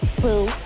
boo